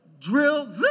Drill